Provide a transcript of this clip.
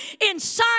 inside